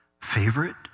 favorite